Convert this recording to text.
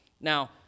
Now